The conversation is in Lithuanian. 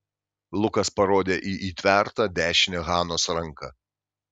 lukas parodė į įtvertą dešinę hanos ranką